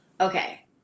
okay